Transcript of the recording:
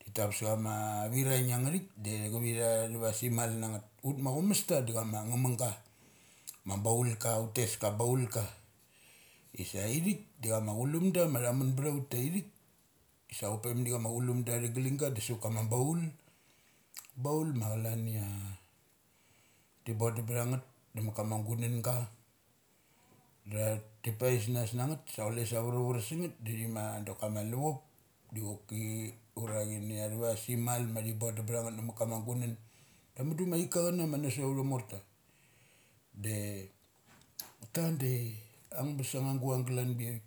Ti tap sa chama viraing ana thik de civi tha luva simal nangeth. Ut ma aumasta da chama nge munge ga ma bauka ka abaulka. Is sa ithik da chama chulum de ma tha mun btha ut ta ithik. Sa u mane chama chulum da galinga desavat kana baul baul ma chalania thi bod dum bthngeth ma kama gunanga. Dathi pais nas na ngeth sachule se varavarak sangeth dithi ma. Daka ama luchop dichoki ura ini thava ma simal mathi bondum btha ngeth na mat kama gunan. Da mudu ma arka chana ma na sot autha morta de ta de angabes anga ma guang galan daithik.